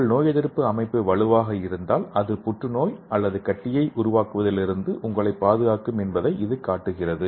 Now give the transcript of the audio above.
உங்கள் நோயெதிர்ப்பு அமைப்பு வலுவாக இருந்தால் இது புற்றுநோய் அல்லது கட்டியை உருவாக்குவதிலிருந்து உங்களைப் பாதுகாக்கும் என்பதை இது காட்டுகிறது